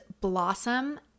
Blossom